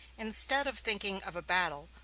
instead of thinking of a battle,